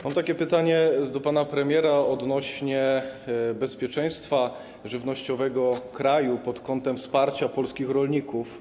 Mam pytanie do pana premiera odnośnie do bezpieczeństwa żywnościowego kraju pod kątem wsparcia polskich rolników.